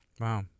Wow